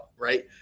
right